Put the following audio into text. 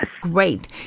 Great